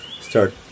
start